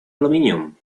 aluminium